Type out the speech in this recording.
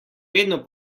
vedno